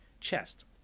chest